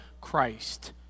Christ